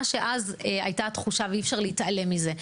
מה שאז הייתה התגובה ואי אפשר להתעלם מזה,